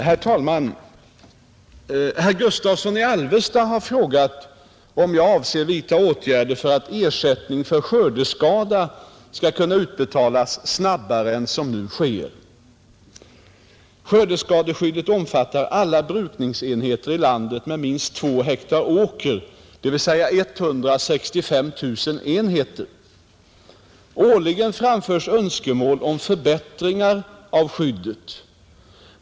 Herr talman! Herr Gustavsson i Alvesta har frågat om jag avser vidta Nr 85 åtgärder för att ersättning för skördeskada skall kunna utbetalas snabbare Torsdagen den än som nu sker. 13 maj 1971 Skördeskadeskyddet omfattar alla brukningsenheter i landet med minst 2 ha åker, dvs. 165 000 enheter. Årligen framförs önskemål om förbättringar av skyddet.